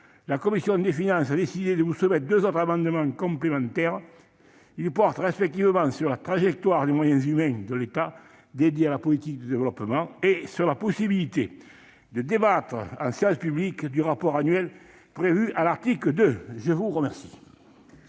la commission des finances a décidé de vous soumettre deux autres amendements complémentaires. Ils portent respectivement sur la trajectoire des moyens humains de l'État dédiés à la politique de développement et sur la possibilité de débattre en séance publique du rapport annuel prévu à l'article 2. La parole